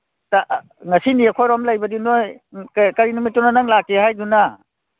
ꯉꯁꯤꯅꯤ ꯑꯩꯈꯣꯏꯔꯣꯝ ꯂꯩꯕꯅꯤ ꯅꯣꯏ ꯀꯔꯤ ꯅꯨꯃꯤꯠꯇꯅꯣ ꯅꯪ ꯂꯥꯛꯀꯦ ꯍꯥꯏꯗꯨꯅ